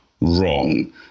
wrong